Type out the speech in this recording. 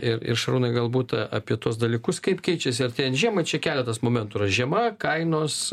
ir ir šarūnai galbūt apie tuos dalykus kaip keičiasi artėjan žiemai čia keletas momentų yra žiema kainos